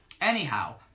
anyhow